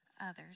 others